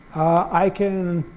i can